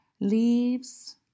leaves